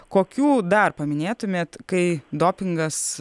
kokių dar paminėtumėt kai dopingas